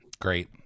Great